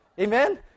Amen